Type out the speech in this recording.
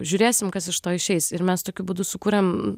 žiūrėsim kas iš to išeis ir mes tokiu būdu sukuriam